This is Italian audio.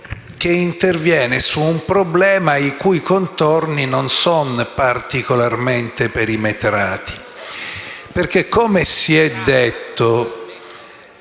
che interviene su un problema i cui contorni non sono particolarmente perimetrati. Infatti, come è stato